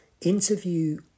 interview